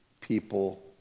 people